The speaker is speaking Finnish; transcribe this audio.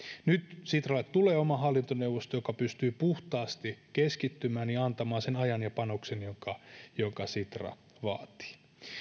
nyt sitralle tulee oma hallintoneuvosto joka pystyy puhtaasti keskittymään ja antamaan sen ajan ja panoksen jonka sitra vaatii